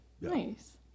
Nice